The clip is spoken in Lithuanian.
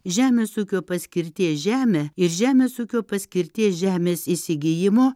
žemės ūkio paskirties žemę ir žemės ūkio paskirties žemės įsigijimo